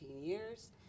years